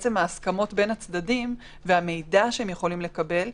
עצם ההסכמות בין הצדדים והמידע שהם יכולים לקבל,